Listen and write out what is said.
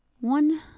one